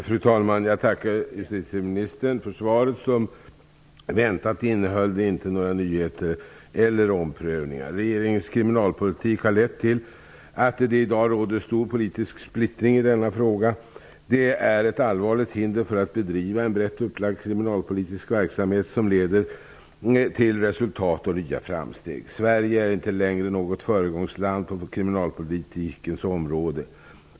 Fru talman! Jag tackar justitieministern för svaret Som väntat innehöll det inte några nyheter eller omprövningar. Regeringens kriminalpolitik har lett till att det i dag råder en stor politisk splittring i denna fråga. Det är ett allvarligt hinder för att man skall kunna bedriva en brett upplagd kriminalpolitisk verksamhet, som leder till resultat och nya framsteg. Sverige är inte längre något föregångsland på kriminalpolitikens område.